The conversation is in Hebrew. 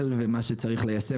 הדבר כמו מה שצריך ליישם,